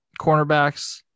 cornerbacks